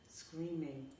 screaming